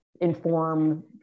inform